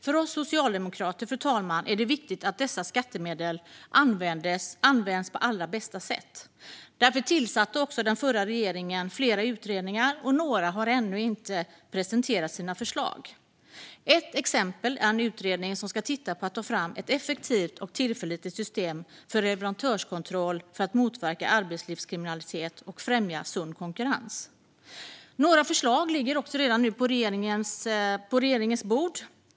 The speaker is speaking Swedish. För oss socialdemokrater, fru talman, är det viktigt att dessa skattemedel används på allra bästa sätt. Därför tillsatte den förra regeringen flera utredningar. Några har ännu inte presenterat sina förslag. Ett exempel är en utredning som ska titta på att ta fram ett effektivt och tillförlitligt system för leverantörskontroll för att motverka arbetslivskriminalitet och främja sund konkurrens. Några förslag ligger redan nu på regeringens bord.